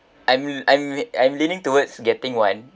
I'm I'm I'm leaning towards getting one